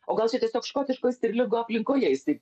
o gal čia tiesiog škotiško stirlingo aplinkoje jis taip